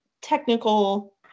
technical